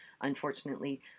Unfortunately